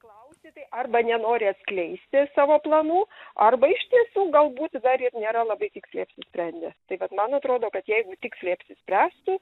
klausi tai arba nenori atskleisti savo planų arba iš tiesų galbūt dar ir nėra labai tiksliai apsisprendę tai vat man atrodo kad jeigu tiksliai apsispręstų